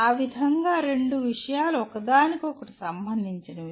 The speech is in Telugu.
ఆ విధంగా రెండు విషయాలు ఒకదానికొకటి సంబంధించినవి